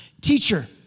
Teacher